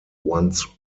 once